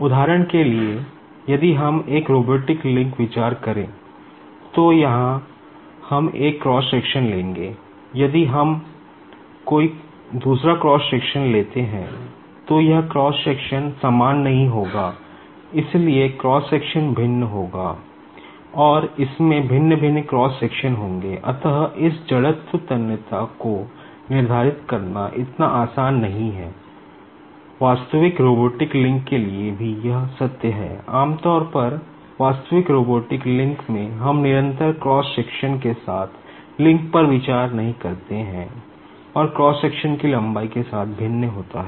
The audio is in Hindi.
उदाहरण के लिए यदि हम एक रोबोटिक लिंक विचार करें तो यहां हम एक क्रॉस सेक्शन की लंबाई के साथ भिन्न होता है